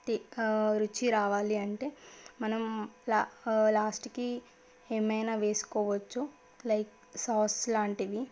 రుచి రావాలి అంటే మనం లా లాస్ట్కి ఏమైనా వేసుకోవచ్చు లైక్ సాస్ లాంటిది